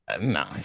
No